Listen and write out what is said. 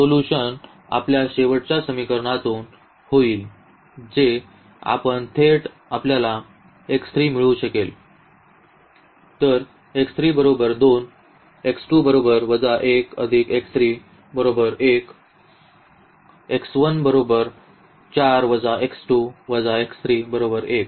तर सोल्यूशन आपल्या शेवटच्या समीकरणातून होईल जे आपण थेट आपला लिहू शकतो